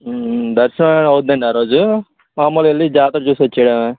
దర్శనం ఏం అవుతుందండి ఆ రోజు మామూలుగా వెళ్ళి జాతర చూసి వచ్చేయడమేనా